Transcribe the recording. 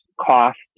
cost